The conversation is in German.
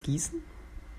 gießen